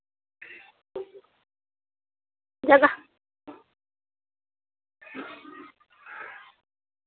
जगह